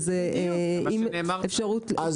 נכון, זה מה שנאמר כאן.